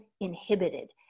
inhibited